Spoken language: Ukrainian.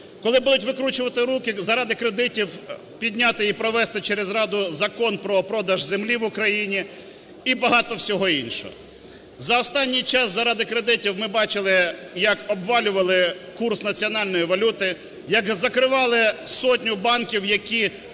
коли будуть викручувати руки заради кредитів підняти і провести через Раду Закон про продаж землі в Україні і багато всього іншого. За останній час заради кредитів ми бачили, як обвалювали курс національної валюти, як закривали сотню банків, які,